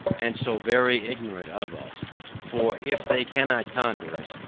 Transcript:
and so very ignorant of us for if they cannot conquer us,